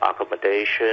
accommodation